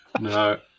No